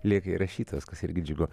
lieka įrašytos kas irgi džiugu